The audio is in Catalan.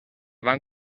van